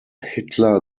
hitler